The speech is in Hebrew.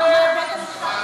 ועדת חוקה.